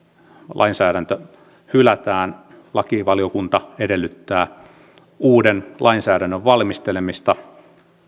lainsäädäntö hylätään lakivaliokunta edellyttää uuden lainsäädännön valmistelemista